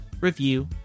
review